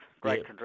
great